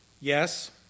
Yes